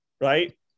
Right